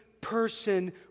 person